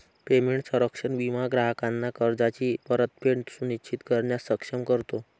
payment संरक्षण विमा ग्राहकांना कर्जाची परतफेड सुनिश्चित करण्यास सक्षम करतो